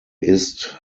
ist